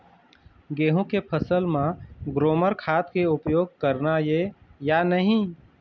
गेहूं के फसल म ग्रोमर खाद के उपयोग करना ये या नहीं?